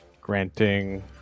granting